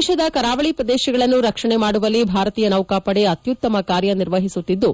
ದೇಶದ ಕರಾವಳಿ ಪ್ರದೇಶಗಳನ್ನು ರಕ್ಷಣೆ ಮಾಡುವಲ್ಲಿ ಭಾರತೀಯ ನೌಕಾಪಡೆ ಅತ್ಯುತ್ತಮ ಕಾರ್ಯ ನಿರ್ವಹಿಸುತ್ತಿದ್ದು